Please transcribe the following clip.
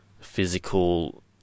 physical